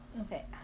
Okay